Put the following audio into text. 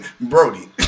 Brody